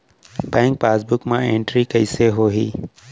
Bank passbook मा entry कइसे होही?